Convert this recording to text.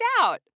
out